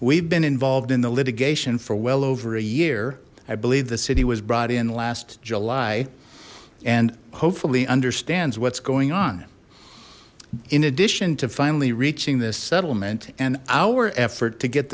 we've been involved in the litigation for well over a year i believe the city was brought in last july and hopefully understands what's going on in addition to finally reaching this settlement and our effort to get